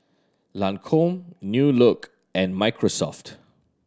Lancome New Look and Microsoft